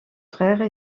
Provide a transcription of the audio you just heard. frères